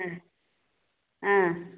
ஆ ஆ